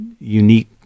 unique